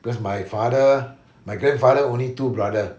because my father my grandfather only two brother